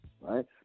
right